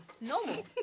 no